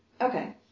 Okay